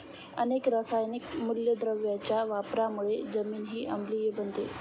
अनेक रासायनिक मूलद्रव्यांच्या वापरामुळे जमीनही आम्लीय बनते